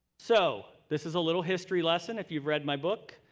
so, this is a little history lesson. if you've read my book,